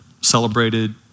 celebrated